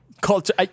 culture